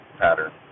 pattern